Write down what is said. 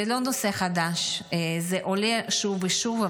זה לא נושא חדש, זה עולה שוב ושוב.